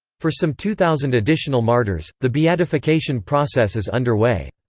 for some two thousand additional martyrs, the beatification process is underway.